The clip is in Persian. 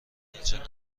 اینجا